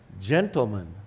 Gentlemen